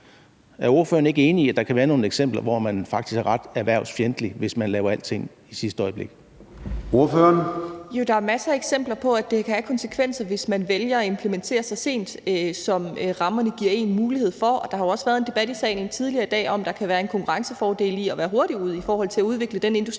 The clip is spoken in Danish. Er ordføreren ikke enig i, at der kan være nogle eksempler på, at man faktisk er ret erhvervsfjendtlig, hvis man laver alting sidste øjeblik? Kl. 11:08 Formanden (Søren Gade): Ordføreren. Kl. 11:08 Mette Abildgaard (KF): Jo, der er masser af eksempler på, at det kan have konsekvenser, hvis man vælger at implementere, så sent som rammerne giver én mulighed for. Der har jo også tidligere i dag været en debat i salen om, at der kan være en konkurrencefordel i at være hurtigt ude i forhold til at udvikle den industri,